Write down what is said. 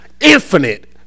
infinite